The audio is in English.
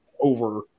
over